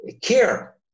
care